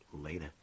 later